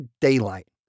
daylight